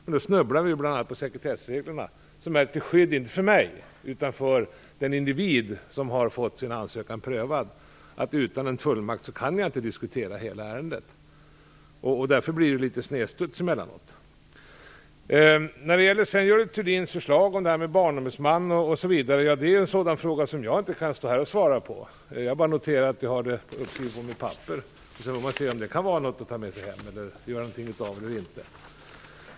Men då snubblar vi bl.a. på sekretessreglerna, som är till skydd, inte för mig, utan för den individ som har fått sin ansökan prövad. Utan en fullmakt kan jag inte diskutera hela ärendet. Därför blir debatten litet snedvriden emellanåt. När det gäller Görel Thurdins förslag om en Barnombudsman är det en fråga som jag inte kan stå här och svara på. Jag bara noterar att jag har det uppskrivet på mitt papper, och sedan får man se om man skall göra någonting av det eller inte.